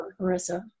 Marissa